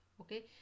okay